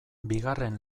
bigarren